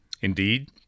Indeed